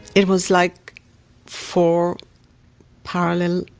it was like four parallel,